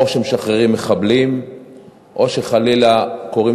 או כשמשחררים מחבלים או חלילה כשקורים